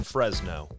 Fresno